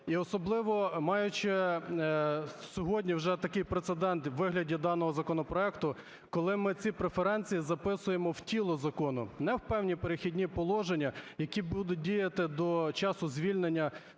особливо, маючи сьогодні вже такий прецедент у вигляді даного законопроекту, коли ми ці преференції записуємо в тіло закону, не в певні "Перехідні положення", які будуть діяти до часу звільнення